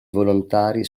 volontari